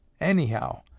Anyhow